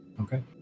Okay